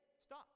stop